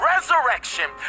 resurrection